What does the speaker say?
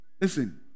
Listen